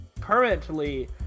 currently